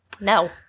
No